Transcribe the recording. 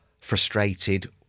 frustrated